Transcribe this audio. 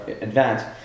advanced